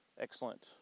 excellent